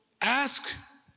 Ask